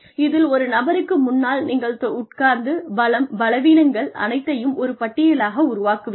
இதில் ஒரு நபருக்கு முன்னால் நீங்கள் உட்கார்ந்து பலம் பலவீனங்கள் அனைத்தையும் ஒரு பட்டியலாக உருவாக்குவீர்கள்